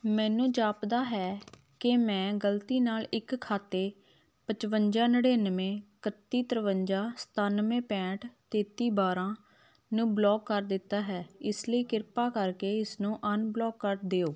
ਮੈਨੂੰ ਜਾਪਦਾ ਹੈ ਕਿ ਮੈਂ ਗਲਤੀ ਨਾਲ ਇੱਕ ਖਾਤੇ ਪਚਵੰਜਾ ਨੜ੍ਹਿੰਨਵੇਂ ਇਕੱਤੀ ਤਰਵੰਜ਼ਾ ਸਤਾਨਵੇਂ ਪੈਂਹਠ ਤੇਤੀ ਬਾਰ੍ਹਾਂ ਨੂੰ ਬਲੌਕ ਕਰ ਦਿੱਤਾ ਹੈ ਇਸ ਲਈ ਕਿਰਪਾ ਕਰਕੇ ਇਸ ਨੂੰ ਅਨਬਲੌਕ ਕਰ ਦਿਓ